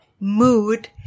mood